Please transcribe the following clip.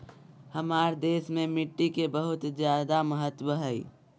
हमार देश में मिट्टी के बहुत जायदा महत्व हइ